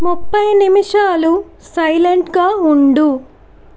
ముప్పై నిమిషాలు సైలెంట్గా ఉండు